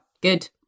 good